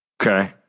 Okay